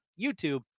youtube